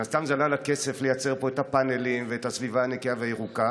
מן הסתם זה עלה לה כסף לייצר פה את הפנלים ואת הסביבה הנקייה והירוקה,